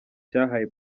cyahaye